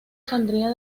saldría